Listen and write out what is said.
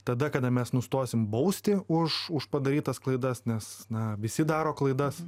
tada kada mes nustosim bausti už už padarytas klaidas nes na visi daro klaidas